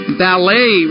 ballet